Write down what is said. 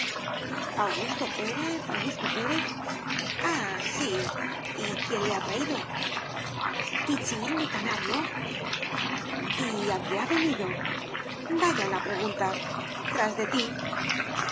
augusto pérez augusto pérez ah sí y quién le ha traído pichín mi canario y a qué ha venido vaya una pregunta tras de ti